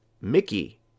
Mickey